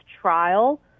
trial